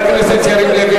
חבר הכנסת יריב לוין,